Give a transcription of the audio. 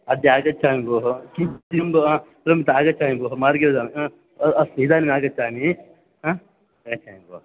अद्य आगच्छामि भोः किं किं भोः इदं तु आगच्छामि भोः मार्गे इदानीं ह्म् अ अस्तु इदानीमागच्छामि हा आगच्छामि भोः